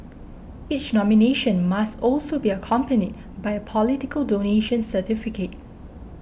each nomination must also be accompanied by a political donation certificate